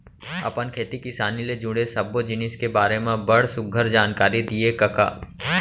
अपन खेती किसानी ले जुड़े सब्बो जिनिस के बारे म बड़ सुग्घर जानकारी दिए कका